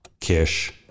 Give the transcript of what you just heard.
Kish